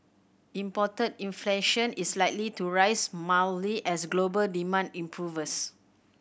imported inflation is likely to rise mildly as global demand improves